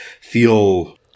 feel